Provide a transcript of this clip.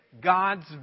God's